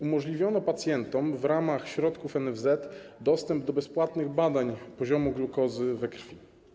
Umożliwiono pacjentom w ramach środków NFZ dostęp do bezpłatnych badań poziomu glukozy we krwi.